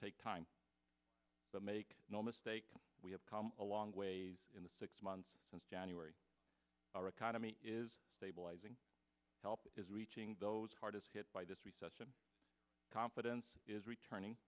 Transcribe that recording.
take time but make no mistake we have come a long ways in the six months since january our economy is stabilizing help is reaching those hardest hit by this recession confidence is returning